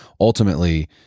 ultimately